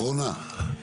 אחרונה.